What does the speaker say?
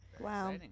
wow